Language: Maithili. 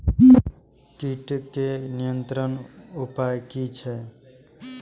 कीटके नियंत्रण उपाय कि छै?